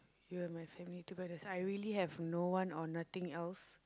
you and my family to by the side I really have no one or nothing else